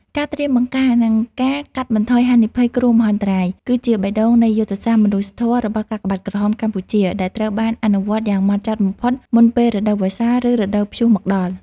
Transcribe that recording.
ការត្រៀមបង្ការ និងការកាត់បន្ថយហានិភ័យគ្រោះមហន្តរាយ គឺជាបេះដូងនៃយុទ្ធសាស្ត្រមនុស្សធម៌របស់កាកបាទក្រហមកម្ពុជា ដែលត្រូវបានអនុវត្តយ៉ាងហ្មត់ចត់បំផុតមុនពេលរដូវវស្សា ឬរដូវព្យុះមកដល់។